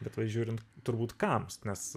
bet va žiūrint turbūt kams nes